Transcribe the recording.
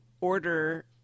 order